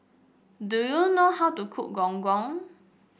do you know how to cook Gong Gong